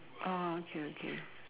oh okay okay